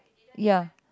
ya